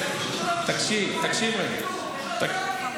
יש עוד כמה קריטריונים.